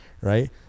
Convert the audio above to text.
right